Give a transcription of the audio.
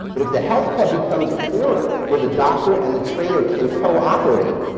but if the health club becomes a forum where the doctor and the trainer can cooperate,